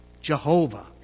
Jehovah